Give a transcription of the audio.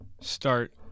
start